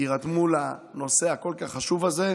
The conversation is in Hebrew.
יירתמו לנושא הכל-כך חשוב הזה.